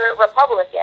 Republican